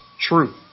true